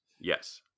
Yes